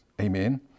Amen